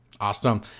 Awesome